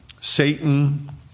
Satan